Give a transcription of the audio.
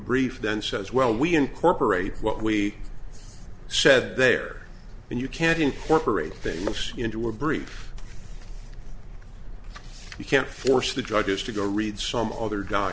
brief then says well we incorporate what we said there and you can't incorporate famous into a brief you can't force the judges to go read some other